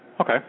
Okay